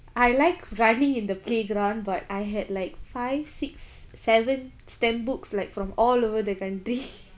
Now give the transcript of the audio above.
I like running in the playground but I had like five six seven stamp books like from all over the country